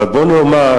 אבל בואו נאמר